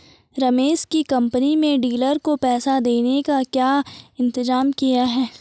रमेश की कंपनी में डीलर को पैसा देने का क्या इंतजाम किया है?